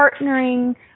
partnering